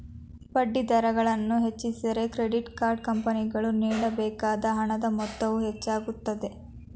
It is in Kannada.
ಬಡ್ಡಿದರಗಳನ್ನು ಹೆಚ್ಚಿಸಿದರೆ, ಕ್ರೆಡಿಟ್ ಕಾರ್ಡ್ ಕಂಪನಿಗಳಿಗೆ ನೇಡಬೇಕಾದ ಹಣದ ಮೊತ್ತವು ಹೆಚ್ಚಾಗುತ್ತದೆ